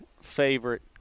favorite